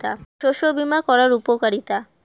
শস্য বিমা করার উপকারীতা?